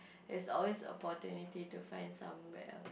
there's always opportunity to find somewhere else